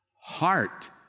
heart